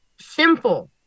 simple